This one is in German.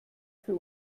für